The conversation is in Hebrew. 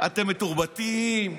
אתם מתורבתים.